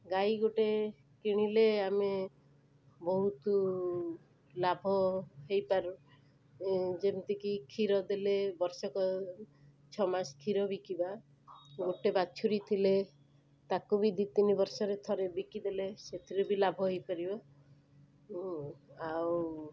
ଗାଈ ଗୋଟେ କିଣିଲେ ଆମେ ବହୁତ ଲାଭ ହେଇପାରୁ ଏ ଯେମିତି କି କ୍ଷୀର ଦେଲେ ବର୍ଷକ ଛଅମାସ କ୍ଷୀର ବିକିବା ଗୋଟେ ବାଛୁରୀ ଥିଲେ ତାକୁ ବି ଦୁଇ ତିନି ବର୍ଷରେ ଥରେ ବିକିଦେଲେ ସେଥିରୁ ବି ଲାଭ ହେଇପାରିବ ଆଉ